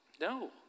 No